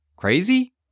crazy